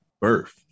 birth